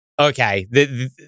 okay